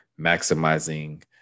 maximizing